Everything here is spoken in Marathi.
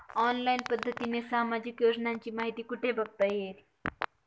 ऑनलाईन पद्धतीने सामाजिक योजनांची माहिती कुठे बघता येईल?